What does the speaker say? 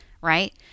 right